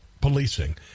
policing